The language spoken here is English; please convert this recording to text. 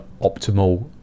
optimal